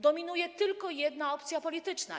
Dominuje tylko jedna opcja polityczna.